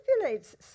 manipulates